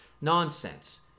nonsense